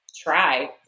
try